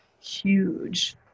Huge